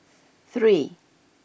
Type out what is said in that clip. three